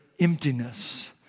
emptiness